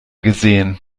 gesehen